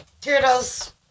Turtles